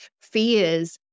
fears